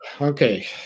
Okay